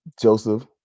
Joseph